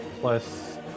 plus